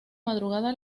madrugada